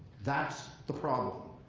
that's the problem.